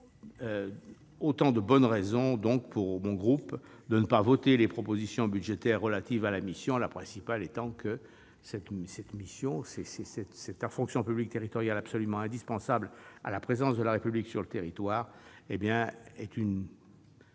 Autant de bonnes raisons pour le groupe CRCE de ne pas voter les propositions budgétaires relatives à la mission, la principale étant que la fonction publique territoriale est absolument indispensable à la présence de la République sur le territoire. C'est une